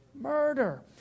Murder